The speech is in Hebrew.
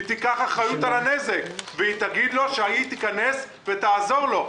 היא תיקח אחריות על הנזק ותגיד לו שהיא תיכנס ותעזור לו,